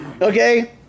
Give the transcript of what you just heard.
okay